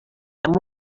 amb